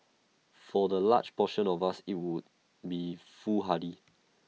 for the large portion of us IT would be foolhardy